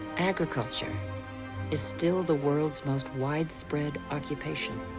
agriculture is still the world's most widespread occupation.